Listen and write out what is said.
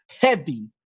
heavy